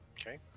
Okay